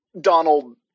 Donald